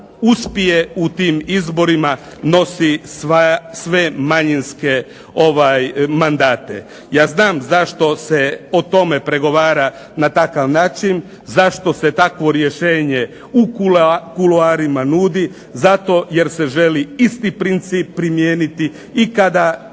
uspije u tim izborima nosi sve manjinske mandate. Ja znam zašto se o tome pregovara na takav način, zašto se takvo rješenje u kuloarima nudi, zato je se želi isti princip primijeniti, i kada